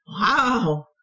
Wow